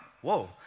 Whoa